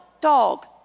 dog